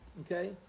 okay